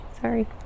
sorry